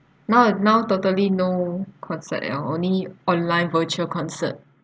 now now totally no concert at all only online virtual concert